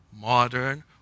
modern